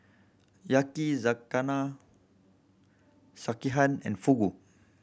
Yakizakana Sekihan and Fugu